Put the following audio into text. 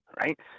right